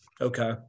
Okay